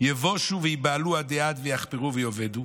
"יבשו ויבהלו עדי עד ויחפרו ויאבדו".